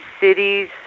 cities